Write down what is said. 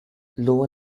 lower